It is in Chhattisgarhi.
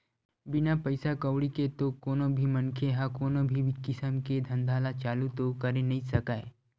बिना पइसा कउड़ी के तो कोनो भी मनखे ह कोनो भी किसम के धंधा ल चालू तो करे नइ सकय